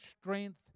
strength